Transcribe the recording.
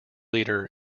leader